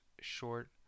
short